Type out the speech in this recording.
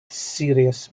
serious